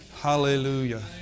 Hallelujah